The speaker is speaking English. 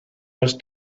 must